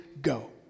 go